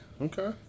okay